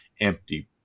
empty